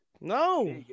No